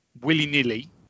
willy-nilly